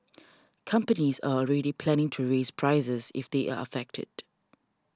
companies are already planning to raise prices if they are affected